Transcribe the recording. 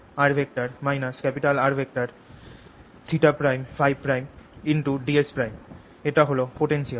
ds' এটা হল potential